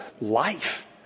life